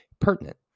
pertinent